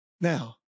Now